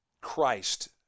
Christ